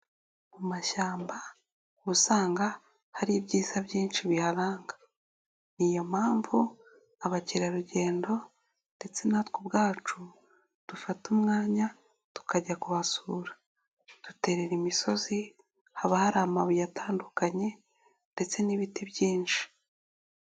Mu mashyamba ubu usanga hari ibyiza byinshi biharanga, ni iyo mpamvu abakerarugendo ndetse natwe ubwacu dufata umwanya tukajya kuhasura, duterera imisozi, haba hari amabuye atandukanye ndetse n'ibiti byinshi.